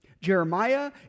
Jeremiah